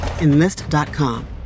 Enlist.com